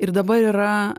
ir dabar yra